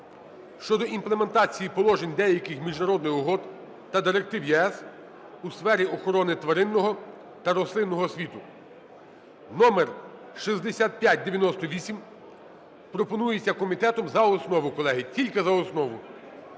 (щодо імплементації положень деяких міжнародних угод та директив ЄС у сфері охорони тваринного та рослинного світу) (№ 6598). Пропонується комітетом за основу, колеги, тільки за основу.